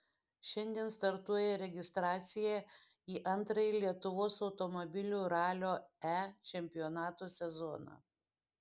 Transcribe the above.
šiandien startuoja registracija į antrąjį lietuvos automobilių ralio e čempionato sezoną